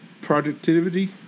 productivity